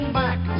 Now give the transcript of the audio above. back